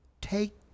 take